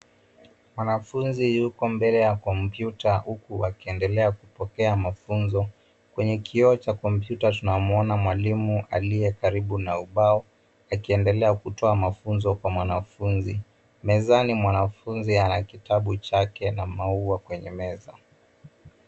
Mwanafunzi yuko mbele ya kompyuta huku akiendelea kupokea mafunzo. Kwenye kioo cha kompyuta tunamwona mwalimu aliye karibu na ubao akiendelea kutoa mafunzo kwa mwanafunzi. Mezani mwanafunzi ana kitabu chake na maua kwenye meza.